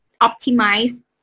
optimize